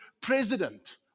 president